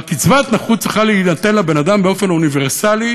קצבת הנכות צריכה להינתן לבן-אדם באופן אוניברסלי,